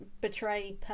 betray